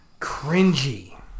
cringy